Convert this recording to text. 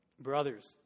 Brothers